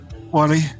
Wally